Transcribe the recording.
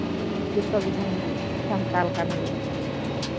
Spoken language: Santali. ᱡᱚᱛᱚ ᱜᱮᱵᱚᱱ ᱥᱟᱱᱛᱟᱲ ᱠᱟᱱᱜᱮᱭᱟ